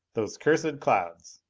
those cursed clouds!